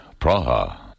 Praha